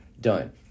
done